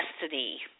destiny